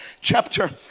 chapter